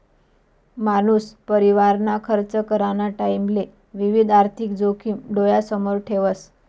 मानूस परिवारना खर्च कराना टाईमले विविध आर्थिक जोखिम डोयासमोर ठेवस